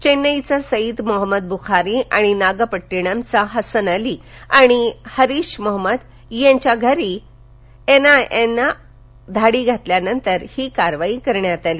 चेन्नईचा सईद मोहम्मद बुखारी आणि नागपट्टीणमचा हसन अली आणि हरिश मोहम्मद यांच्या घरी एनआयएनं धाडी घातल्यानंतर ही कारवाई करण्यात आली